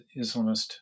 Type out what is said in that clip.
Islamist